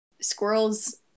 squirrels